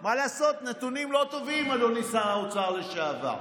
מה לעשות, נתונים לא טובים, אדוני שר האוצר לשעבר.